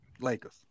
Lakers